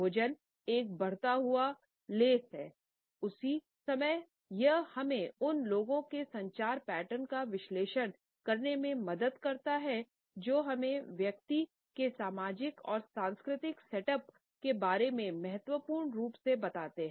भोजन एक बढ़ता हुआ लेंस है उसी समय यह हमें अन्य लोगों के संचार पैटर्न का विश्लेषण करने में मदद करता है जो हमें व्यक्ति के सामाजिक और सांस्कृतिक सेट अप के बारे में महत्वपूर्ण रूप से बताता है